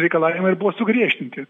reikalavimai ir buvo sugriežtinti